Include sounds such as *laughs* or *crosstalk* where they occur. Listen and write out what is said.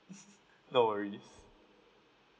*laughs* no worries